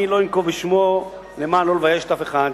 אני לא אנקוב בשמו, למען לא לבייש אף אחד,